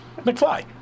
McFly